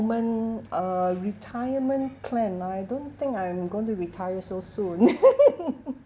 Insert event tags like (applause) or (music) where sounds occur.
uh retirement plan I don't think I'm going to retire so soon (laughs)